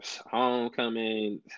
Homecoming